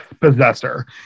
Possessor